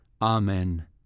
Amen